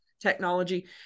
technology